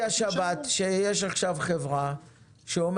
בשבת שיש עכשיו חברה שכמו חברות הכבלים,